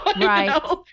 Right